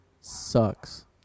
Sucks